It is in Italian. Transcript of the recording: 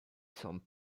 saint